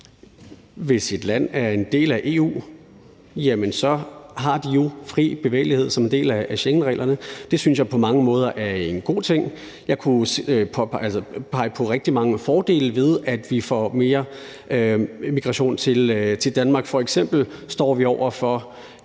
Hvis et land er en del af EU, har indbyggerne jo fri bevægelighed som en del af Schengenreglerne. Det synes jeg på mange måder er en god ting. Jeg kunne pege på rigtig mange fordele ved, at vi får mere migration til Danmark. F.eks. står vi over for